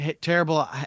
terrible